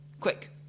Quick